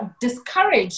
discourage